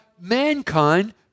mankind